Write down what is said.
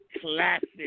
Classic